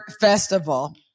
Festival